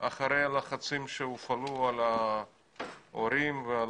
אחרי לחצים שהופעלו על ההורים ועל,